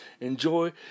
Enjoy